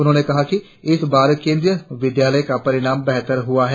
उन्होंने कहा कि इस बार केंद्रीय विद्यालय का परिणाम बेहतर हुआ है